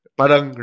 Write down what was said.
parang